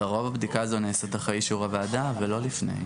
לרוב הבדיקה הזו נעשית אחרי אישור הוועדה ולא לפני.